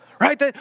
Right